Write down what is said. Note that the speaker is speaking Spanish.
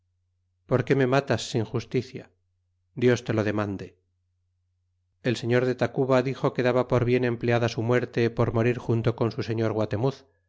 méxico porque me matas sin justicia dios te lo demande el señor de tacuba dixo que daba por bien empleada su muerte por morir junto con su señor guatemuz